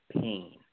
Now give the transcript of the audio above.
pain